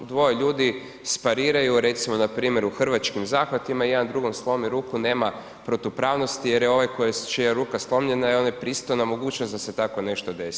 Dvoje ljudi spariraju recimo npr. u hrvačkim zahvatima i jedan drugom slomi ruku, nema protupravnosti jer je ovaj čija je ruka slomljena je pristao na mogućnost da se tako nešto desi.